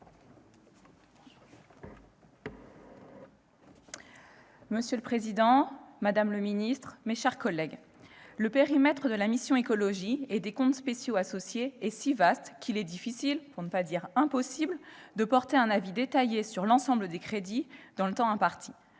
Monsieur le président, madame la ministre, mes chers collègues, le périmètre de la mission « Écologie, développement et mobilité durables » et des comptes spéciaux associés est si vaste qu'il est difficile, pour ne pas dire impossible, de porter un avis détaillé sur l'ensemble des crédits dans le temps imparti.